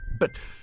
But